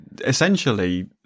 essentially